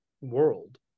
world